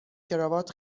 کراوات